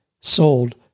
sold